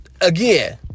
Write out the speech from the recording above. again